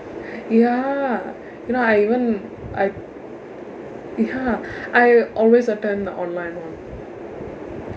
ya you know I even I ya I always attend the online [one]